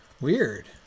Weird